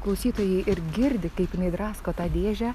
klausytojai ir girdi kaip jinai drasko tą dėžę